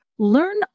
Learn